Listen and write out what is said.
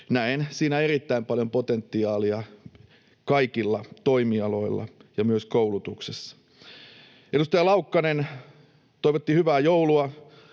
Näen siinä erittäin paljon potentiaalia kaikilla toimialoilla ja myös koulutuksessa. Edustaja Laukkanen toivotti hyvää joulua.